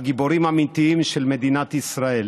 הגיבורים האמיתיים של מדינת ישראל.